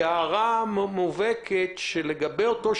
את התהליך תחת המחשבה האינטואיטיבית שקיבלתם כלי